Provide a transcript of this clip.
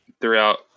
throughout